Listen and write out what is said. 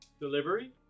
delivery